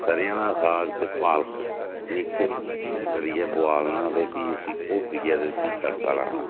स'रेआं दा साग ते पालक मिक्स करियै बोआलना ते फ्ही उसी घोटियै ते फ्ही तड़का लाना